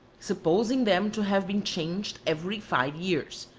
supposing them to have been changed every five years,